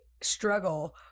struggle